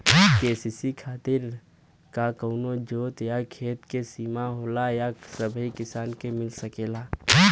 KCC खातिर का कवनो जोत या खेत क सिमा होला या सबही किसान के मिल सकेला?